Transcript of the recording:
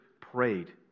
prayed